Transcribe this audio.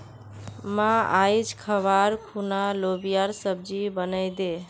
मां, आइज खबार खूना लोबियार सब्जी बनइ दे